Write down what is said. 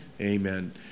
Amen